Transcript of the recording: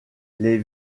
les